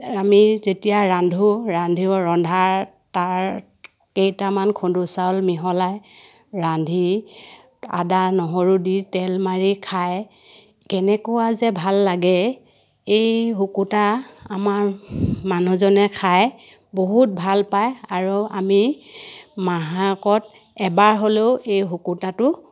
আমি যেতিয়া ৰান্ধো ৰান্ধি ৰন্ধাৰ তাৰ কেইটামান খুন্দু চাউল মিহলাই ৰান্ধি আদা নহৰু দি তেল মাৰি খাই কেনেকুৱা যে ভাল লাগে এই শুকুতা আমাৰ মানুহজনে খাই বহুত ভাল পায় আৰু আমি মাহেকত এবাৰ হ'লেও এই শুকুতাটো